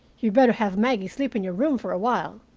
you'd better have maggie sleep in your room for a while.